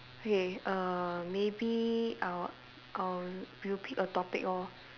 okay err maybe I'll I'll we will pick a topic lor